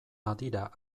badira